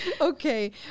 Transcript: okay